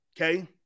okay